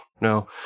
no